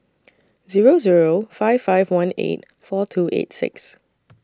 Zero Zero five five one eight four two eight six